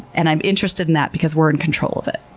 and i'm interested in that because we're in control of it.